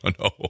No